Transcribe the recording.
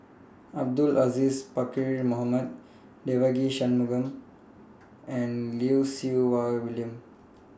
Abdul Aziz Pakkeer Mohamed Devagi Sanmugam and Lim Siew Wai William